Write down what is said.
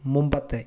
മുമ്പത്തെ